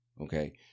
Okay